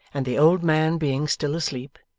and the old man being still asleep,